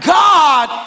god